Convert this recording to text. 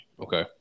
Okay